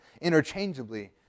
interchangeably